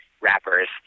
rappers